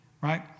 right